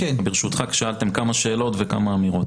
ברשותך, שאלתם כמה שאלות ואמרתם כמה אמירות.